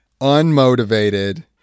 unmotivated